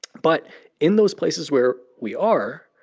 but in those places where we are,